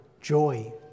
joy